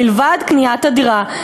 מלבד קניית הדירה,